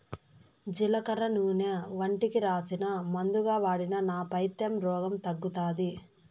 జీలకర్ర నూనె ఒంటికి రాసినా, మందుగా వాడినా నా పైత్య రోగం తగ్గుతాది